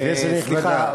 כנסת נכבדה, סליחה.